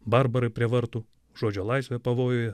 barbarai prie vartų žodžio laisvė pavojuje